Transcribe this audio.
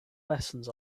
lessons